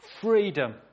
freedom